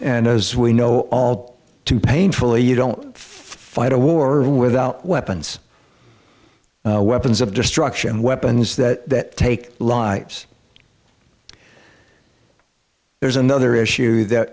and as we know all too painfully you don't fight a war without weapons weapons of destruction weapons that take lives there's another issue that